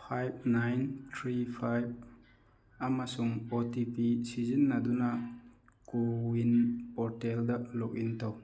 five nine three five ꯑꯃꯁꯨꯡ O T P ꯁꯤꯖꯤꯟꯅꯗꯨꯅ CoWIN ꯄꯣꯔꯇꯦꯜꯗ ꯂꯣꯒ ꯏꯟ ꯇꯧ